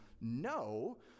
No